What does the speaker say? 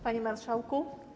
Panie Marszałku!